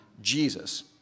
Jesus